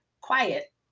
quiet